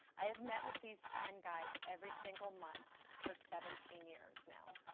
i have met with these ten guys every single month for seventeen years now.